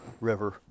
river